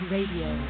Radio